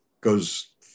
goes